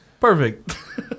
Perfect